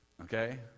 okay